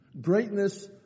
Greatness